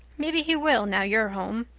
maybe he will now you're home.